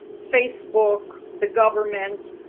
facebook, the government,